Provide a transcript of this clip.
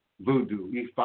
voodoo